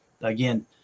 Again